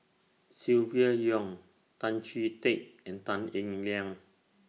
Silvia Yong Tan Chee Teck and Tan Eng Liang